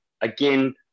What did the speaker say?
again